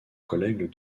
collègue